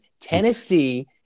tennessee